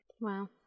Wow